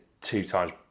two-times